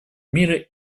мира